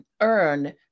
earn